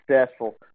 successful